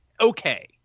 okay